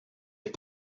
est